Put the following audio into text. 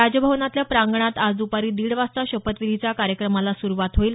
राजभवनातल्या प्रांगणात आज दपारी दीड वाजता शपथविधीच्या कार्यक्रमाला सुरुवात होईल